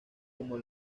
como